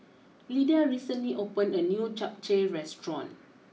Lydia recently opened a new Japchae restaurant